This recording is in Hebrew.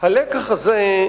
הלקח הזה,